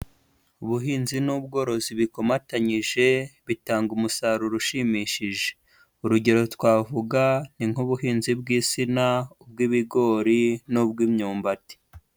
ubuhinzi n'ubworozi bikomatanyije bitanga umusaruro ushimishije, urugero twavuga ni nk'ubuhinzi bw'insina, ubw'ibigori n'ubw'imyumbati.